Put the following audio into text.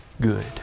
good